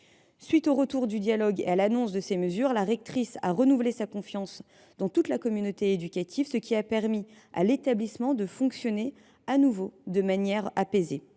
suite au dialogue engagé, la rectrice a renouvelé sa confiance dans toute la communauté éducative, ce qui a permis à l’établissement de fonctionner de nouveau de manière apaisée.